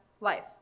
life